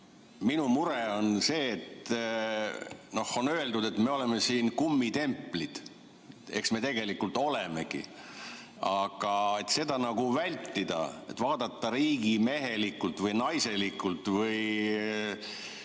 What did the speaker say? minu mure on see, et on öeldud, et me oleme siin kummitempel. Eks me tegelikult olemegi. Aga selleks, et seda vältida, st vaadata riigimehelikult või -naiselikult või